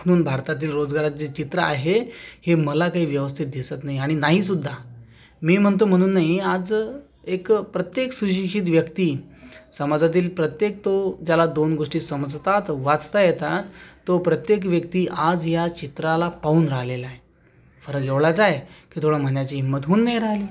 म्हणून भारतात जे रोजगारांचे चित्र आहे हे मला काय व्यवस्थित दिसत नाही आणि नाहीसुद्धा मी म्हणतो म्हणून नाही आज एक प्रत्येक सुशिक्षित व्यक्ती समाजातील प्रत्येक तो ज्याला दोन गोष्टी समजतात वाचता येतात तो प्रत्येक व्यक्ती आज या चित्राला पाहून राहिलेला आहे फरक एवढाच आहे की तो म्हणायची हिंमत होऊन नाही राहिलेली आहे